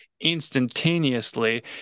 instantaneously